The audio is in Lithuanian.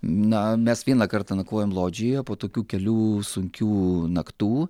na mes vieną kartą nakvojom lodžijoje po tokių kelių sunkių naktų